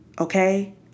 Okay